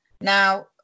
Now